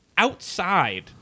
Outside